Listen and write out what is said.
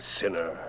sinner